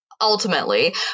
Ultimately